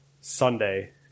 Sunday